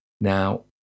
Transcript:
Now